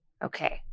Okay